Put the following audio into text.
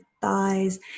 thighs